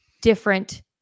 different